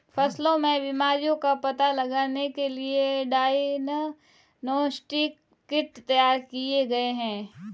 फसलों में बीमारियों का पता लगाने के लिए डायग्नोस्टिक किट तैयार किए गए हैं